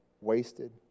wasted